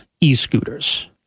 e-scooters